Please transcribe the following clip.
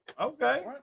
okay